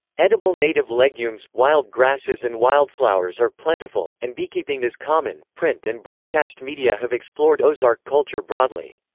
edible native legumes, wild grasses and wildflowers are plentiful, and beekeeping is common print and broadcast media have explored ozark culture broadly.